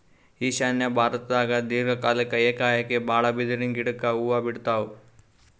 ಈಶಾನ್ಯ ಭಾರತ್ದಾಗ್ ದೀರ್ಘ ಕಾಲ್ಕ್ ಏಕಾಏಕಿ ಭಾಳ್ ಬಿದಿರಿನ್ ಗಿಡಕ್ ಹೂವಾ ಬಿಡ್ತಾವ್